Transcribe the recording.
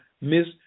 Miss